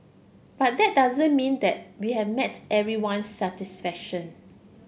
but that doesn't mean that we have everyone's satisfaction